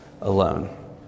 alone